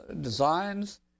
Designs